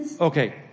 Okay